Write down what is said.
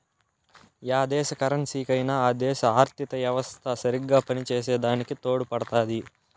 yeah దేశ కరెన్సీకైనా ఆ దేశ ఆర్థిత యెవస్త సరిగ్గా పనిచేసే దాని తోడుపడుతాది